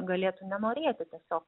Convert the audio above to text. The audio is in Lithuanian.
galėtų nenorėti tiesiog